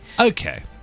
Okay